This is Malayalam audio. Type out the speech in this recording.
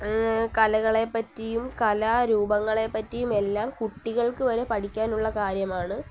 കലകളെപ്പറ്റിയും കലാരൂപങ്ങളെപ്പറ്റിയും എല്ലാം കുട്ടികൾക്കുവരെ പഠിക്കാനുള്ള കാര്യമാണ്